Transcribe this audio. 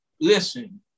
listen